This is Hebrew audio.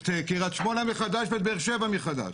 את קרית שמונה מחדש ואת באר שבע מחדש